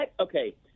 okay –